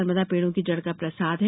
नर्मदा पेड़ों की जड़ का प्रसाद है